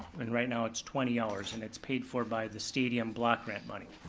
and right now it's twenty hours, and it's paid for by the stadium block grant money.